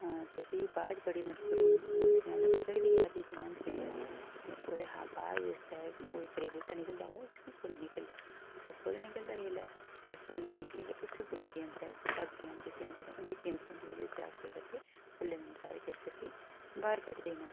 ते प्ही बाद च मतलब थोह्ड़े उसी मेह्नत ते लगदी गै हर चीज़ै गी मेह्नत लगदी ते ओह्दे हा बाद जिसलै उप्परै ई बूह्टा निकलदा ओह्दा प्ही उसगी फुल्ल निकलदा जिसलै ते फुल्ल निकलियै ते उस्सै फुल्लै दे अंदर उसी धागे जन जेह्के होंदे ते उंदी कीमत होंदी ते ओह्दे अस केह् करदे फुल्लें दे अंदर केसर गी बाहर कढ्डदे न अस